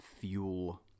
fuel